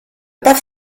pas